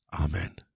Amen